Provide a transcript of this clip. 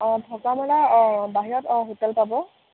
অঁ থকা মেলা বাহিৰত অঁ হোটেল পাব